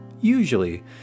Usually